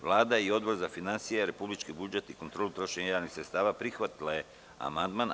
Vlada i Odbor za finansije, republički budžet i kontrolu trošenja javnih sredstava prihvatili su amandman.